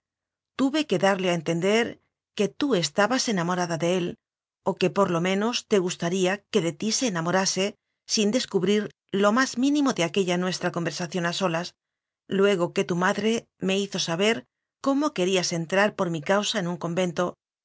tuve que darle a entender que tú estabas enamorada de él o que por lo menos te ogustaría que de ti se enamorase sin descubrir lo más mínimo de aquella nuestra con versación a solas luego que tu madre me hizo saber como querías entrar por mi causa en un convento